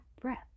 breath